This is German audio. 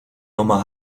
nummer